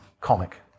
comic